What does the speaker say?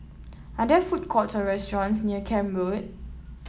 are there food courts or restaurants near Camp Road